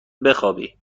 بخوابی